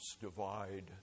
Divide